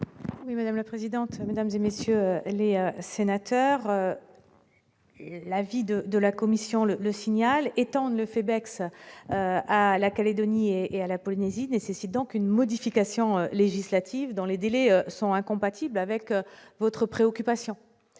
Oui, madame la présidente, mesdames et messieurs les sénateurs, la vie de de la commission le le signal étant ne fait Bex à la Calédonie et à la Polynésie nécessite donc une modification législative dans les délais sont incompatibles avec votre préoccupation,